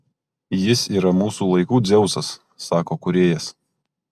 jis yra mūsų laikų dzeusas sako kūrėjas